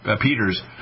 Peters